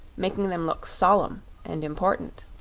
making them look solemn and important.